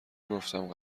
گفتم